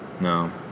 No